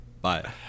Bye